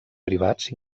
privats